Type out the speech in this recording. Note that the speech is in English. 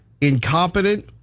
incompetent